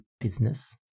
business